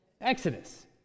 Exodus